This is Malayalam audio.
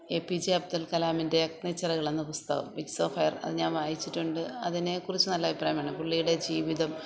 എ പി ജെ അബ്ദുൾക്കലാമിന്റെ അഗ്നിച്ചിറകുകളെന്ന പുസ്തകം വിങ്സ് ഓഫ് എയർ അത് ഞാൻ വായിച്ചിട്ടുണ്ട് അതിനെ കുറിച്ച് നല്ല അഭിപ്രായമാണ് പുള്ളിയുടെ ജീവിതം